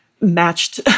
matched